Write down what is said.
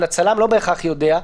אבל הצלם לא בהכרח יודע,